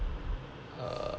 a